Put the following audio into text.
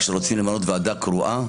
כשרוצים למנות ועדה קרואה,